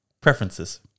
preferences